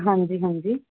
ਹਾਂਜੀ ਹਾਂਜੀ